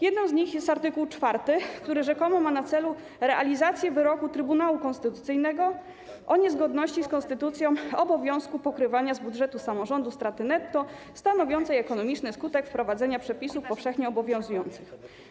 Jedną z nich jest art. 4, który rzekomo ma na celu realizację wyroku Trybunału Konstytucyjnego o niezgodności z konstytucją obowiązku pokrywania z budżetu samorządu straty netto stanowiącej ekonomiczny skutek wprowadzenia przepisów powszechnie obowiązujących.